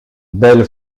belle